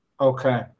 Okay